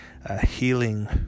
healing